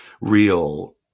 real